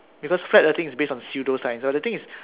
because flat earthing is based on pseudo science but the thing is